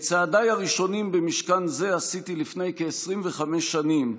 את צעדיי הראשונים במשכן זה עשיתי לפני כ-25 שנים,